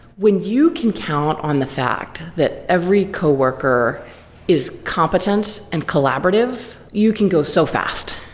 when you can count on the fact that every coworker is competent and collaborative, you can go so fast.